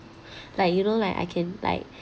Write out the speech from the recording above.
like you know like I can like